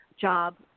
job